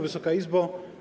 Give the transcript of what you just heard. Wysoka Izbo!